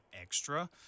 extra